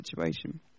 situation